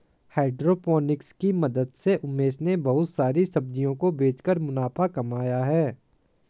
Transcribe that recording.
hydroponics की मदद से उमेश ने बहुत सारी सब्जियों को बेचकर मुनाफा कमाया है